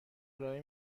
ارائه